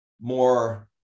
more